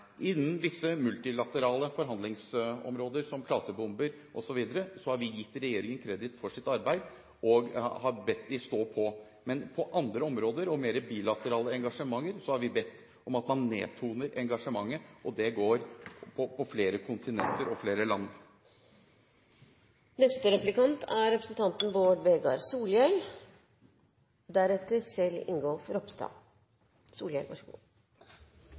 Innen visse multilaterale forhandlingsområder, som klasebomber osv., har vi gitt regjeringen kreditt for sitt arbeid og har bedt den stå på. Men på andre områder, og i mer bilaterale engasjementer, har vi bedt om at man nedtoner engasjementet, og det går på flere kontinenter og flere land. Eg begynte nesten å lure på kva som hadde skjedd under skrivinga av innlegget til den elles så sindige og nyanserte representanten